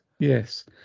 Yes